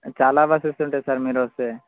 చాలా బస్సెస్ ఉంటాయి సార్ మీరు వస్తే